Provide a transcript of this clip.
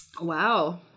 Wow